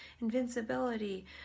invincibility